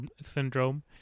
syndrome